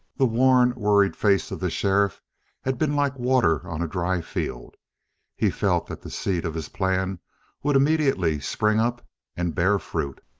the worn, worried face of the sheriff had been like water on a dry field he felt that the seed of his plan would immediately spring up and bear fruit.